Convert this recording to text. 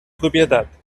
propietat